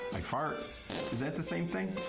i fart is that the same thing?